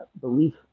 belief